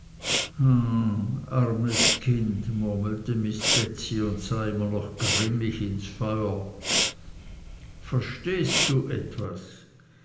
armes kind murmelte miß betsey und sah immer noch grimmig ins feuer verstehst du etwas